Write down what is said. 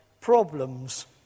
problems